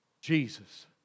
Jesus